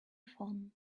phone